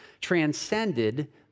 transcended